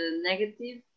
negative